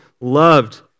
loved